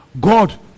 God